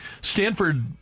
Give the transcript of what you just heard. Stanford